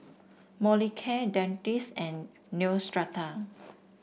Molicare Dentiste and Neostrata